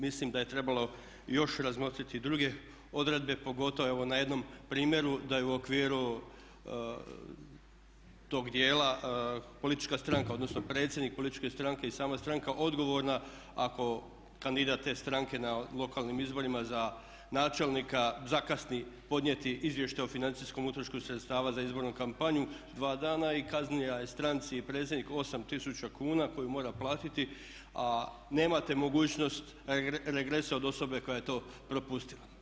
Mislim da je trebalo još razmotriti druge odredbe pogotovo, evo na jednom primjeru da je u okviru tog dijela politička stranka, odnosno predsjednik političke stranke i sama stranka odgovorna ako kandidat te stranke na lokalnim izborima za načelnika zakasni podnijeti izvještaj o financijskom utrošku sredstava za izbornu kampanju dva dana i kazna je stranci i predsjedniku 8000 kn koju mora platiti, a nemate mogućnost regresa od osobe koja je to propustila.